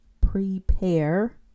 prepare